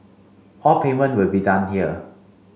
all payment will be done here